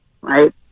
right